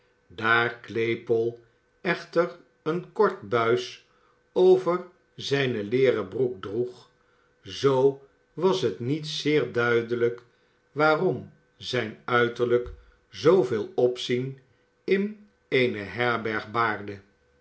daar claypole echter een kort buis over zijne leeren broek droeg zoo was het niet zeer duidelijk waarom zijn uiterlijk zooveel opzien in eene herberg baarde